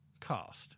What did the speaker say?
cost